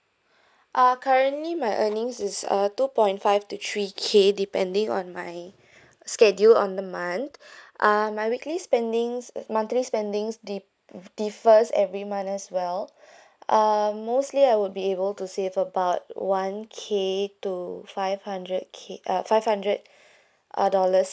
ah currently my earnings is uh two point five to three K depending on my schedule on the month uh my weekly spendings monthly spendings di~ differs every month as well uh mostly I would be able to save about one K to five hundred K uh five hundred uh dollars